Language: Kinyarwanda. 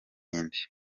indi